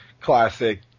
classic